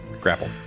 grapple